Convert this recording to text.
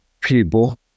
people